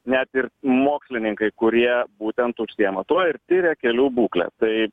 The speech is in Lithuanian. net ir mokslininkai kurie būtent užsiima tuo ir tiria kelių būklę tai